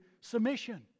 submission